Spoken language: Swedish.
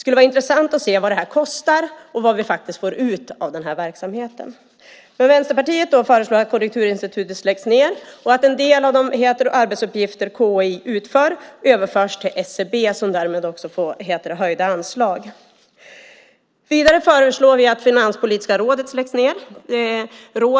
Det vore intressant att se vad denna verksamhet kostar och vad vi faktiskt får ut av den. Vänsterpartiet föreslår alltså att Konjunkturinstitutet läggs ned och att en del av de arbetsuppgifter KI utför överförs till SCB, som därmed också får höjda anslag. Vidare föreslår vi att Finanspolitiska rådet läggs ned.